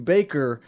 Baker